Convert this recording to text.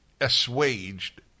assuaged